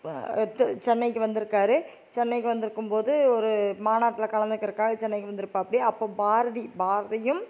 து சென்னைக்கு வந்திருக்காரு சென்னைக்கு வந்திருக்கும்போது ஒரு மாநாட்டில் கலந்துக்கிறக்காக சென்னைக்கு வந்திருப்பாப்டி அப்போது பாரதி பாரதியும்